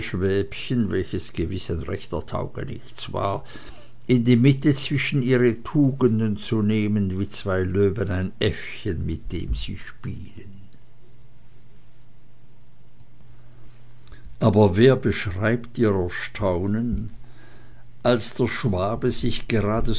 welches gewiß ein rechter taugenichts war in die mitte zwischen ihre tugenden zu nehmen wie zwei löwen ein äffchen mit dem sie spielen aber wer beschreibt ihr erstaunen als der schwabe sich gerade